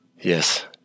yes